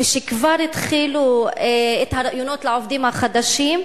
ושכבר התחילו את הראיונות לעובדים החדשים,